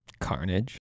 Carnage